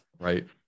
Right